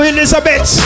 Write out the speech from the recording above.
Elizabeth